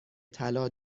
طلا